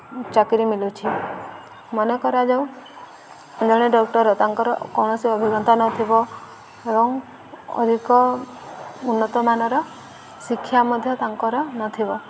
ଚାକିରି ମିଳୁଛି ମନେକରାଯାଉ ଜଣେ ଡକ୍ଟର୍ ତାଙ୍କର କୌଣସି ଅଭିଜ୍ଞତା ନଥିବ ଏବଂ ଅଧିକ ଉନ୍ନତମାନର ଶିକ୍ଷା ମଧ୍ୟ ତାଙ୍କର ନଥିବ